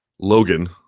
Logan